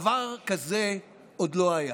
דבר כזה עוד לא היה,